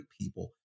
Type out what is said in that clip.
people